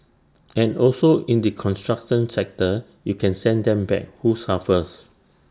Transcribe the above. and also in the construction sector you can send them back who suffers